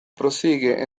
prosigue